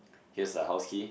here's the house key